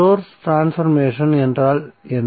source transformation என்றால் என்ன